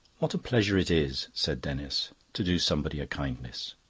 what a pleasure it is, said denis, to do somebody a kindness.